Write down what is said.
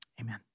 Amen